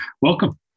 welcome